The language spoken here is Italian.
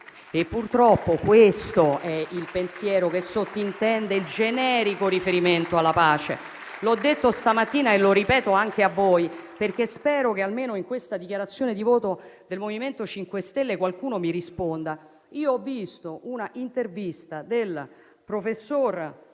Purtroppo questo è il pensiero che il generico riferimento alla pace sottintende. L'ho detto stamattina e lo ripeto anche a voi, perché spero che almeno in questa dichiarazione di voto del MoVimento 5 Stelle qualcuno mi risponda. Ho visto un'intervista del professor